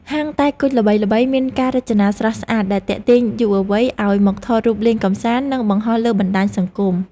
ហាងតែគុជល្បីៗមានការរចនាស្រស់ស្អាតដែលទាក់ទាញយុវវ័យឱ្យមកថតរូបលេងកម្សាន្តនិងបង្ហោះលើបណ្តាញសង្គម។